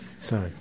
Sorry